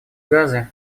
газы